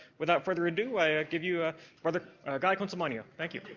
without further ado, i ah give you ah brother guy consolmagno. thank you.